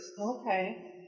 Okay